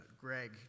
Greg